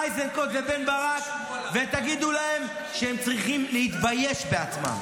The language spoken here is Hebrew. איזנקוט ובן ברק ותגידו להם שהם צריכים להתבייש בעצמם.